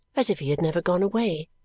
as if he had never gone away.